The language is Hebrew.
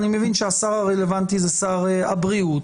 אני מבין שהשר הרלוונטי הוא שר הבריאות.